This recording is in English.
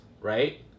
right